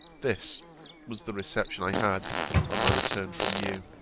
this was the reception i had on my return from you.